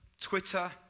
Twitter